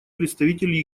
представитель